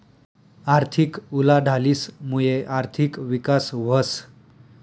आर्थिक उलाढालीस मुये आर्थिक विकास व्हस